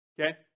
Okay